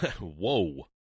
Whoa